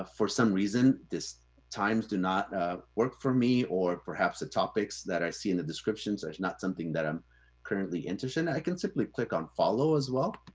ah for some reason this times do not work for me, or perhaps the topics that i see in the descriptions, is not something that i'm currently interested in, i can simply click on follow as well.